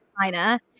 China